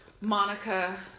Monica